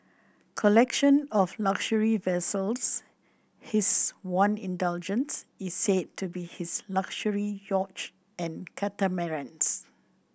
collection of luxury vessels his one indulgence is said to be his luxury yachts and catamarans